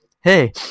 hey